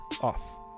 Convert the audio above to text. off